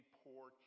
poor